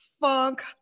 funk